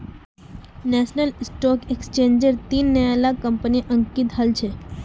national stock एक्सचेंजट तीन नया ला कंपनि अंकित हल छ